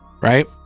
Right